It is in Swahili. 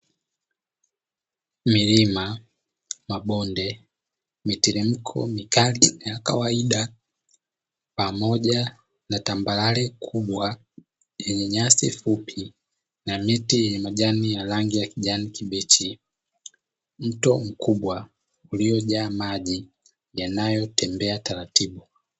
Milima, mabonde, mitelemko mikali na ya kawaida pamoja na tambarare kubwa yenye nyasi fupi na miti yenye majani ya rangi ya kijani kibichi; mto mkubwa uliojaa maji yanayotembea taratibu.